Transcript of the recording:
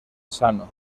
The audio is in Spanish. sano